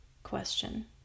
question